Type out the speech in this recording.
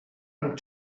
and